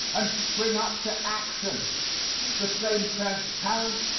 and spring up to action the same transparent,